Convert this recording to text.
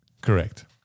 Correct